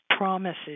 Promises